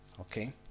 Okay